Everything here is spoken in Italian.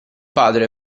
padre